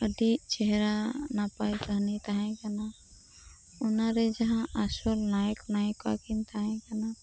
ᱟᱹᱰᱤ ᱪᱮᱦᱨᱟ ᱱᱟᱯᱟᱭ ᱠᱟᱹᱦᱱᱤ ᱛᱟᱦᱮᱸ ᱠᱟᱱᱟ ᱚᱱᱟᱨᱮ ᱡᱟᱦᱟᱸᱭ ᱟᱥᱚᱞ ᱱᱟᱭᱚᱠ ᱱᱟᱭᱤᱠᱟ ᱠᱤᱱ ᱛᱟᱦᱮᱸ ᱠᱟᱱᱟ